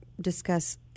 discuss –